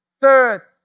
Third